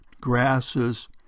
grasses